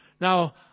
Now